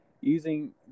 using